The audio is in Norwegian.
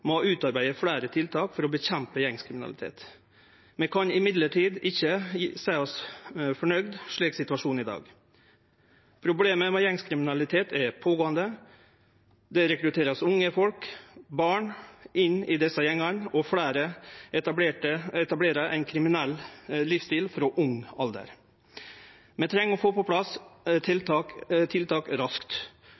utarbeide fleire tiltak i kampen mot gjengkriminalitet. Vi kan likevel ikkje seie oss fornøgde slik situasjonen er i dag. Problemet med gjengkriminalitet er pågåande, det vert rekruttert unge folk, barn, inn i desse gjengane, og fleire etablerer ein kriminell livsstil frå ung alder. Vi treng å få på plass